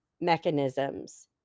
mechanisms